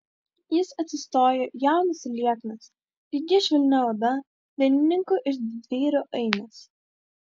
jis atsistojo jaunas ir lieknas lygia švelnia oda dainininkų ir didvyrių ainis